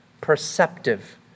perceptive